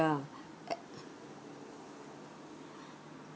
ya